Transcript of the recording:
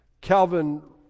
Calvin